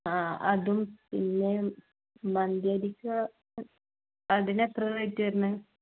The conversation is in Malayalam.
ആ അതും പിന്നെ മന്തിരിക്ക് അതിന് എത്ര റേറ്റ് വരുന്നത്